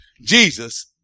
Jesus